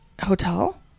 Hotel